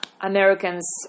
Americans